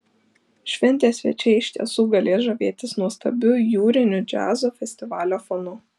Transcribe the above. šventės svečiai iš tiesų galės žavėtis nuostabiu jūriniu džiazo festivalio fonu